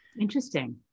Interesting